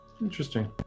Interesting